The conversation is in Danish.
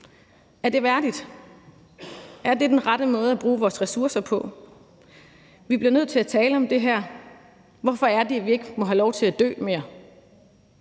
Er det værdigt? Er det den rette måde at bruge vores ressourcer på? Vi bliver nødt til at tale om det her. Hvorfor er det, vi ikke må have lov til at dø mere?